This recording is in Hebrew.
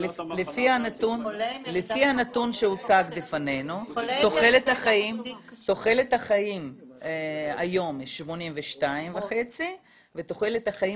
לפי הנתון שהוצג בפנינו תוחלת החיים היום היא 82.5 ותוחלת החיים